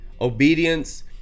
Obedience